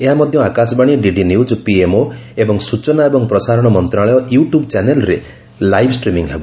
ଏହା ମଧ୍ଧ ଆକାଶବାଣୀ ଡିଡି ନ୍ୟୁକ୍ ପିଏମ୍ଓ ଏବଂ ସୂଚନା ଏବଂ ପ୍ରସାରଣ ମନ୍ତଶାଳୟ ୟୁଗ୍ୟବ୍ ଚ୍ୟାନେଲ୍ରେ ଲାଇଭ୍ ଷ୍ଟ୍ରିମିଂ ହେବ